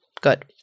Good